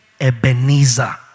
Ebenezer